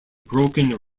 broken